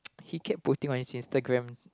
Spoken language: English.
he kept putting on his Instagram